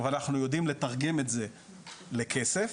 את התעריף